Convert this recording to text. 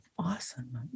Awesome